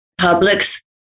Publics